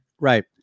Right